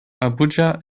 abuja